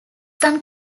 some